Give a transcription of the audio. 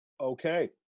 Okay